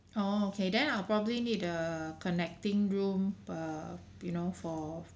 oh okay then I'll probably need a connecting room err you know for